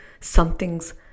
something's